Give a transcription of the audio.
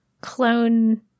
clone